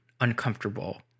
uncomfortable